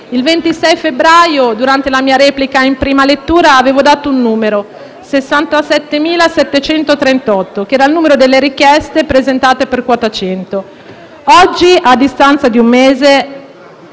Il 26 febbraio, durante la mia replica in prima lettura, avevo dato un numero: 67.738, ovvero il numero delle richieste presentate per quota 100. Oggi, a distanza di un mese,